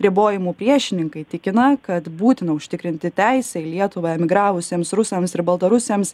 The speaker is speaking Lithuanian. ribojimų priešininkai tikina kad būtina užtikrinti teisę į lietuvą emigravusiems rusams ir baltarusiams